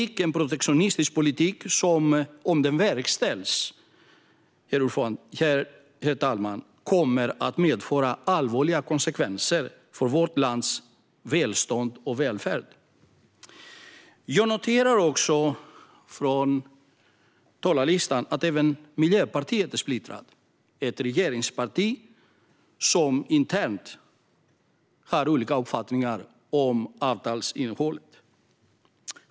Detta är en protektionistisk politik som om den verkställs kommer att medföra allvarliga konsekvenser för vårt lands välstånd och välfärd. Jag noterar att även Miljöpartiet är splittrat. Det är ett regeringsparti som internt har olika uppfattningar om avtalsinnehållet.